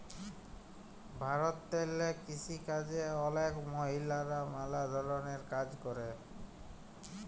ভারতেল্লে কিসিকাজে অলেক মহিলারা ম্যালা ধরলের কাজ ক্যরে